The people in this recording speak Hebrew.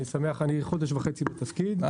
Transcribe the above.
אני חודש וחצי בתפקיד,